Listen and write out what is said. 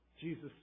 Jesus